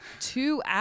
two